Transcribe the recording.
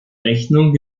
rechnung